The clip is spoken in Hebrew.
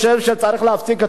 צריך לאפשר לאנשים,